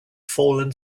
fallen